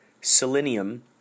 Selenium